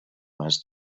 mas